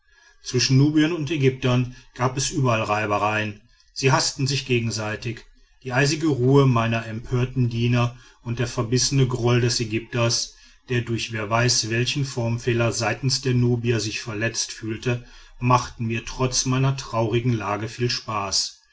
zwischen nubiern und ägyptern gab es überall reibereien sie haßten sich gegenseitig die eisige ruhe meiner empörten diener und der verbissene groll des ägypters der durch wer weiß welchen formfehler seitens der nubier sich verletzt fühlte machten mir trotz meiner traurigen lage viel spaß